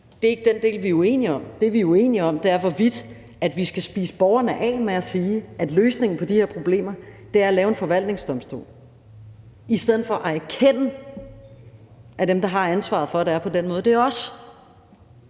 er uenige om. Det, vi er uenige om, er, hvorvidt vi skal spise borgerne af med at sige, at løsningen på de her problemer er at lave en forvaltningsdomstol, i stedet for at erkende, at dem, der har ansvaret for, at det er på